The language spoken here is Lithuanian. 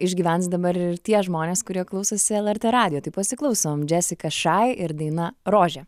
išgyvens dabar ir tie žmonės kurie klausosi lrt radijo tai pasiklausom džesika šai ir daina rožė